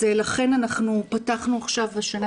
לכן פתחנו השנה,